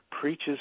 preaches